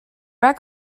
waar